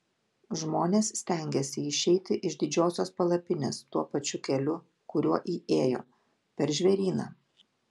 žmonės stengiasi išeiti iš didžiosios palapinės tuo pačiu keliu kuriuo įėjo per žvėryną